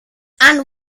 and